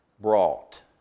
brought